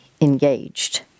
engaged